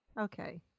Okay